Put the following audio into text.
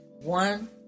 One